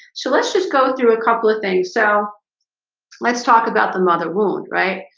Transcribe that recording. so let's just go through a couple of things. so let's talk about the mother wound, right?